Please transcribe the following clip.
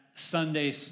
Sunday